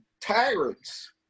tyrants